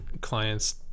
clients